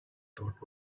thought